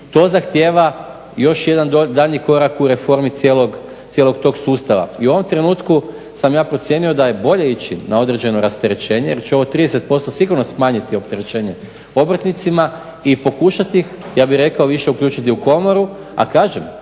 To zahtijeva još jedan daljnji korak u reformi cijelog tog sustava i u ovom trenutku sam ja procijenio da je bolje ići na određeno rasterećenje jer će ovo 30% sigurno smanjiti opterećenje obrtnicima i pokušati ih ja bih rekao više uključiti u komoru. A kažem